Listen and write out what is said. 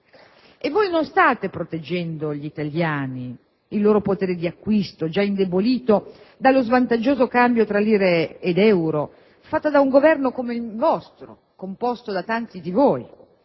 e voi non state proteggendo gli italiani e il loro potere di acquisto, già indebolito dallo svantaggioso cambio tra lira ed euro fatto da un Governo come il vostro, composto da tanti di voi.